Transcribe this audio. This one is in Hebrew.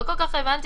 לא הבנתי